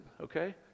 okay